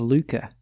Luca